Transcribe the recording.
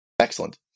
Excellent